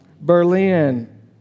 Berlin